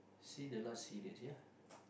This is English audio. seen the not serious ya